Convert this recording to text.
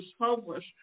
homeless